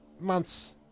months